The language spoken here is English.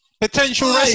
potential